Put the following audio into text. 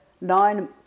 nine